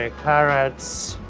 ah carrots.